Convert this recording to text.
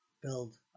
build